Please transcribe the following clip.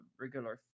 regular